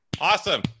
Awesome